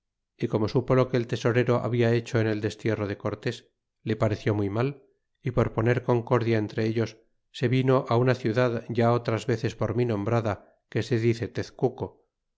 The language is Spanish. y como supo lo que el tesorero habla hecho en el destierro de cortés le pareció triuy mal y por poner concordia entre ellos se vino una ciudad ya otras veces por mi nombrada que se dice tezcuco